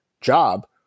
job